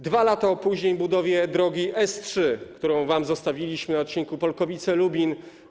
2 lata opóźnień w budowie drogi S3, którą wam zostawiliśmy, na odcinku Polkowice-Lubin.